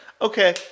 okay